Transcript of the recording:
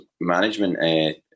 management